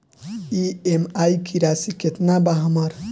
EMI की राशि केतना बा हमर?